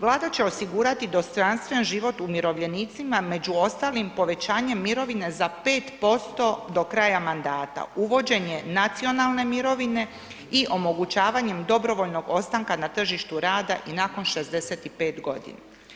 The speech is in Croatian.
Vlada će osigurati dostojanstven život umirovljenicima, među ostalim, povećanje mirovine za 5% do kraja mandata, uvođenje nacionalne mirovine i omogućavanjem dobrovoljnog ostanka na tržištu rada i nakon 65 godina.